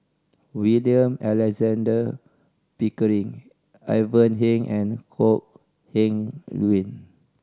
William Alexander Pickering Ivan Heng and Kok Heng Leun